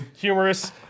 humorous